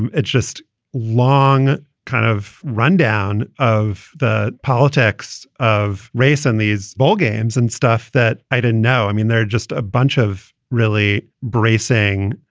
and it's just long kind of rundown of the politics of race in these ballgames and stuff that i didn't know. i mean, there are just a bunch of really bracing,